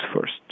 first